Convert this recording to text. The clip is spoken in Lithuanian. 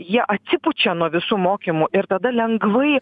jie atsipučia nuo visų mokymų ir tada lengvai